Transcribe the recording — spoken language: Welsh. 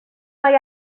mae